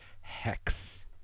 Hex